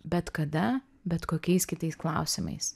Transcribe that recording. bet kada bet kokiais kitais klausimais